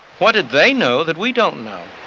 what did they know that we don't know?